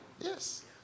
Yes